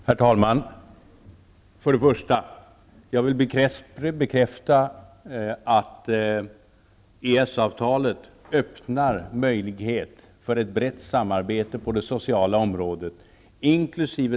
Herr talman! Jag vill först och främst bekräfta att EES-avtalet öppnar möjlighet för ett brett samarbete på det sociala området inkl.